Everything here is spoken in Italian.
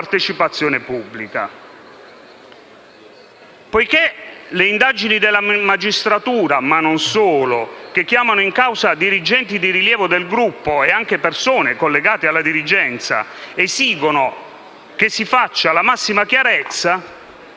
partecipazione pubblica. Poiché le indagini della magistratura, ma non solo, che chiamano in causa dirigenti di rilievo del gruppo e anche persone collegate alla dirigenza, esigono che si faccia la massima chiarezza,